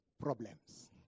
problems